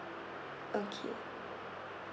okay